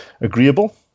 agreeable